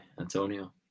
Antonio